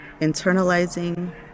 internalizing